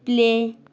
play